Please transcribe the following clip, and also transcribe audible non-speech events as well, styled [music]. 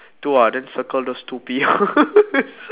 two ah then circle those two piyos [laughs]